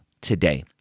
today